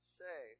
say